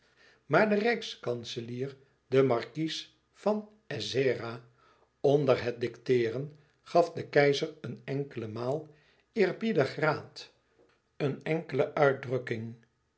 maar de rijkskanselier de markies van ezzera onder het dicteeren gaf den keizer een enkele maal eerbiedig raad een enkele uitdrukking